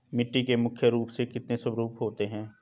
मिट्टी के मुख्य रूप से कितने स्वरूप होते हैं?